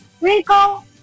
Rico